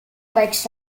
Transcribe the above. breaks